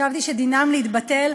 חשבתי שדינם להתבטל.